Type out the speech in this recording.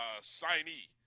signee